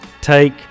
take